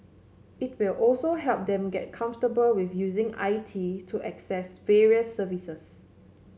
it will also help them get comfortable with using I T to access various services